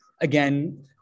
again